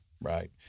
right